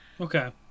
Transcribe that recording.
Okay